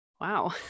wow